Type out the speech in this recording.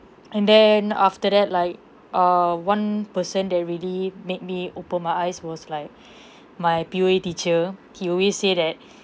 and then after that like err one person that really made me open my eyes was like my P_O_A teacher he always say that